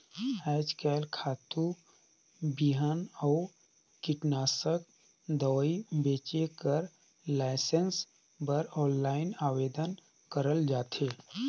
आएज काएल खातू, बीहन अउ कीटनासक दवई बेंचे कर लाइसेंस बर आनलाईन आवेदन करल जाथे